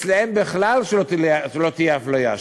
אצלם בכלל שלא תהיה אפליה,